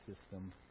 system